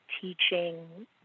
teaching